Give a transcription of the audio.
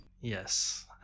Yes